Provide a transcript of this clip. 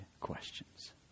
questions